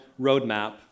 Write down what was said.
roadmap